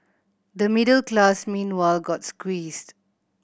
the middle class meanwhile got squeezed